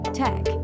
tech